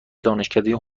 دانشکده